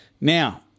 Now